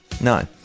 No